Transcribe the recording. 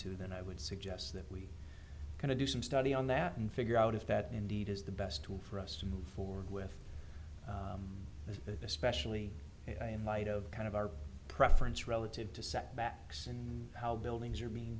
to then i would suggest that we are going to do some study on that and figure out if that indeed is the best tool for us to move forward with this especially in light of kind of our preference relative to setbacks and how buildings are